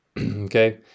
Okay